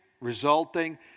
resulting